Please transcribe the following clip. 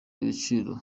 igiciro